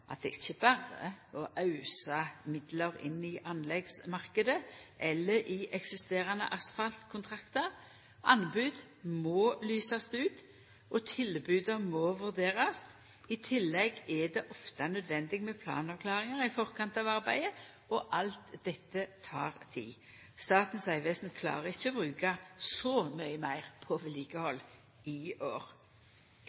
at det ikkje berre er å ausa midlar inn i anleggsmarknaden eller i eksisterande asfaltkontraktar. Anbod må lysast ut, og tilboda må vurderast. I tillegg er det ofte nødvendig med planavklaringar i forkant av arbeidet, og alt dette tek tid. Statens vegvesen klarer ikkje å bruka så mykje meir på